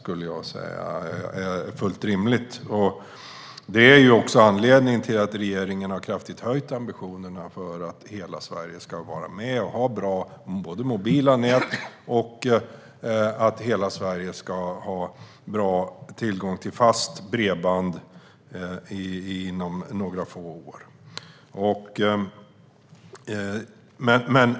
Detta är också anledningen till att regeringen kraftigt har höjt ambitionerna för att hela Sverige ska vara med och ha bra mobila nät och tillgång till fast bredband inom några få år.